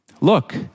look